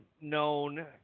known